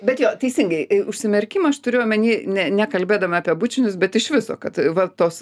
bet jo teisingai užsimerkimą aš turiu omeny ne nekalbėdama apie bučinius bet iš viso kad va tos